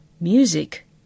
Music